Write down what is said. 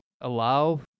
allow